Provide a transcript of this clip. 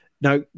Now